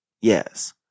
Yes